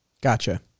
Gotcha